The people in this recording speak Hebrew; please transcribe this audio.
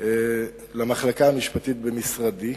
למחלקה המשפטית במשרדי,